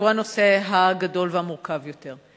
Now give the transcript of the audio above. הוא הנושא הגדול והמורכב יותר.